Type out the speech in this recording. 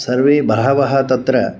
सर्वे बहवः तत्र